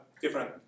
different